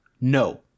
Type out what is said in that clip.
No